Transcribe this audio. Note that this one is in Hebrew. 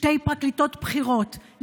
שתי פרקליטות בכירות,